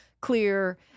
clear